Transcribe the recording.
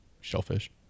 shellfish